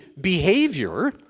behavior